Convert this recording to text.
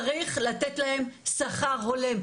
צריך לתת להם שכר הולם.